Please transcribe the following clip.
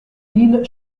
mille